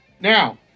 Now